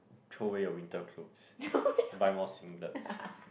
throw away your winter clothes buy more singlets